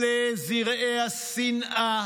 אלה זרעי השנאה